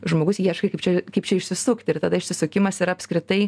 žmogus ieškai kaip čia kaip čia išsisukti ir tada išsisukimas ir apskritai